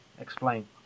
explain